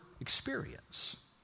experience